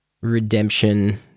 redemption